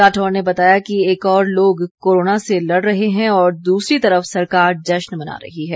राठौर ने बताया कि एक ओर लोग कोरोना से लड़ रहे हैं और दूसरी तरफ सरकार जश्न मना रही है